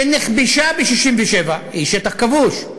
שנכבשה ב-67' היא שטח כבוש,